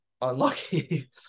unlucky